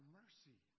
mercy